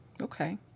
Okay